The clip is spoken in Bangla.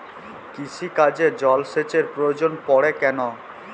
কৃষিকাজে জলসেচের প্রয়োজন পড়ে কেন?